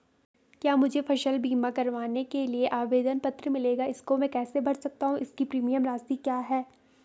क्या मुझे फसल बीमा करवाने के लिए आवेदन पत्र मिलेगा इसको मैं कैसे भर सकता हूँ इसकी प्रीमियम राशि क्या है?